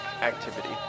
activity